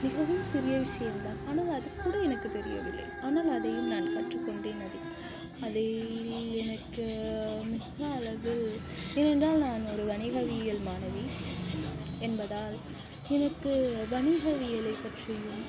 மிகவும் சிறிய விஷியம்தான் ஆனால் அதுக்கூட எனக்கு தெரியவில்லை ஆனால் அதையும் நான் கற்றுக்கொண்டேன் அதில் அதில் எனக்கு மிக அளவில் ஏனென்றால் நான் ஒரு வணிகவியல் மாணவி என்பதால் எனக்கு வணிகவியலை பற்றியும்